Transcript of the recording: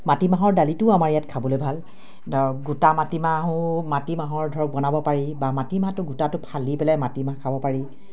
মাটিমাহৰ দালিটোও আমাৰ ইয়াত খাবলে ভাল ধৰক গোটা মাটিমাহো মাটিমাহৰ ধৰক বনাব পাৰি বা মাটিমাহটো গোটাটো ফালি পেলাই মাটিমাহ খাব পাৰি